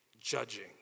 judging